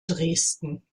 dresden